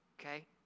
Okay